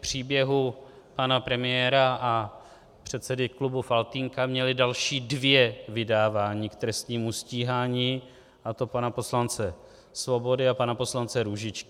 příběhu pana premiéra a předsedy klubu Faltýnka měli další dvě vydávání k trestnímu stíhání, a to pana poslance Svobody a pana poslance Růžičky.